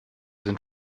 sind